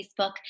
Facebook